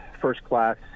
first-class